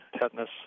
tetanus